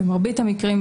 במרבית המקרים,